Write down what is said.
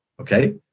okay